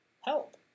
help